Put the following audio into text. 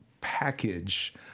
package